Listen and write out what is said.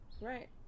Right